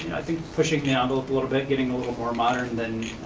i think, pushing the ah envelope a little bit, getting a little more modern than,